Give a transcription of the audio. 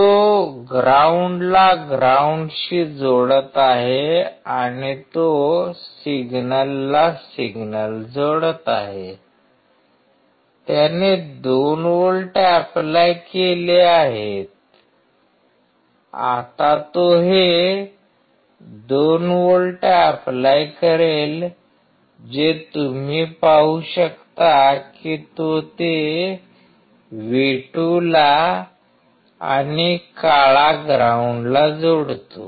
तो ग्राउंडला ग्राउंडशी जोडत आहे आणि तो सिग्नलला सिग्नल जोडत आहे त्याने 2 व्होल्ट ऎप्लाय केले आहेत आता तो हे 2 व्होल्ट ऎप्लाय करेल जे तुम्ही पाहू शकता की तो ते V2 ला आणि काळा ग्राउंडला जोडतो